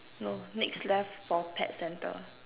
no next left for pet center